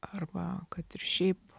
arba kad ir šiaip